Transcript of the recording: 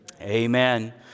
amen